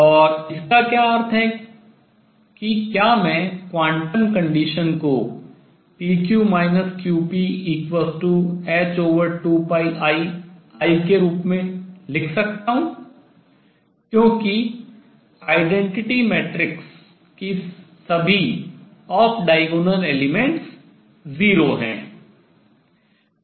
और इसका क्या अर्थ है कि क्या मैं quantum condition क्वांटम शर्त को h2πiI के रूप में लिख सकता हूँ क्योंकि identity matrix तत्समक आव्यूह की सभी off diagonal limits 0 हैं